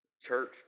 church